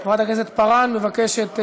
חברת הכנסת פארן מבקשת,